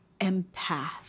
empath